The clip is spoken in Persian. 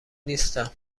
نیستم